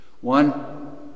One